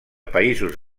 països